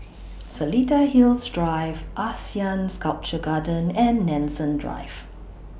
Seletar Hills Drive Asean Sculpture Garden and Nanson Drive